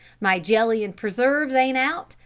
my jelly and preserves ain't out,